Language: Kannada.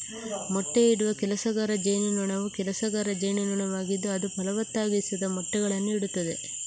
ಮೊಟ್ಟೆಯಿಡುವ ಕೆಲಸಗಾರ ಜೇನುನೊಣವು ಕೆಲಸಗಾರ ಜೇನುನೊಣವಾಗಿದ್ದು ಅದು ಫಲವತ್ತಾಗಿಸದ ಮೊಟ್ಟೆಗಳನ್ನು ಇಡುತ್ತದೆ